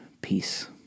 peace